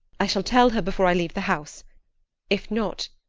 i shall tell her before i leave the house if not,